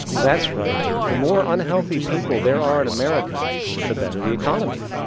that's right the more unhealthy people there are in america the better the economy.